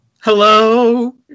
Hello